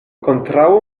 kontraŭ